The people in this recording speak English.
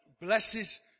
blesses